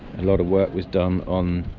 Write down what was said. a lot of work was done on